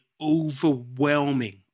overwhelming